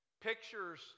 Pictures